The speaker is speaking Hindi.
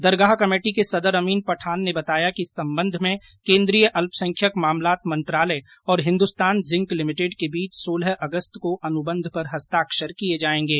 दरगाह कमेटी के सदर अमीन पठान ने बताया कि इस संबंध में केंद्रीय अल्पसंख्यक मामलात मंत्रालय और हिन्दुस्तान जिंक लिमिटेड के बीच सोलह अगस्त को अनु बंध पर हस्ताक्षर होंगे